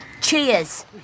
cheers